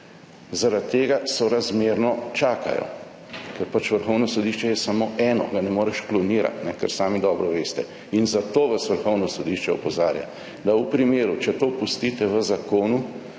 zaradi tega sorazmerno čakajo, ker je pač Vrhovno sodišče samo eno, ga ne moreš klonirati, kar sami dobro veste. In zato vas Vrhovno sodišče opozarja, bo da v primeru, če to pustite v zakonu,